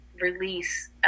release